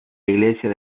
iglesia